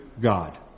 God